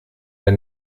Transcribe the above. der